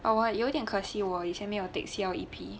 我我有点可惜我以前没有 takes C L E P